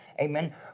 amen